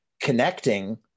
connecting